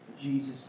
jesus